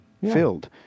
filled